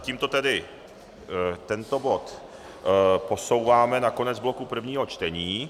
Tímto tedy tento bod posouváme na konec bloku prvního čtení.